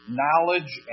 knowledge